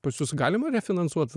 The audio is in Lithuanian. pas jus galima refinansuot